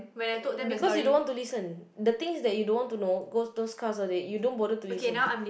because you don't want to listen the thing is you don't want to know go those class all that you don't bother to listen